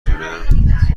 دونه